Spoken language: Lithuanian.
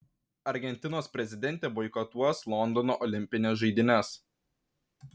argentinos prezidentė boikotuos londono olimpines žaidynes